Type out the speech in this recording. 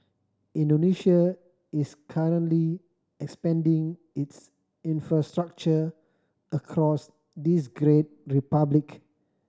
Indonesia is currently expanding its infrastructure across this great republic